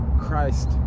Christ